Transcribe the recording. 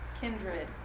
kindred